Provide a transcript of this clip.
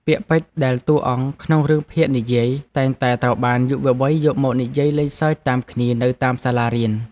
ពាក្យពេចន៍ដែលតួអង្គក្នុងរឿងភាគនិយាយតែងតែត្រូវបានយុវវ័យយកមកនិយាយលេងសើចតាមគ្នានៅតាមសាលារៀន។